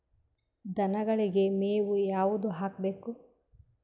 ದನಗಳಿಗೆ ಮೇವು ಯಾವುದು ಹಾಕ್ಬೇಕು?